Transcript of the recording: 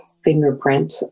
fingerprint